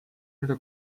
üle